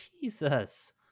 Jesus